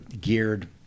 geared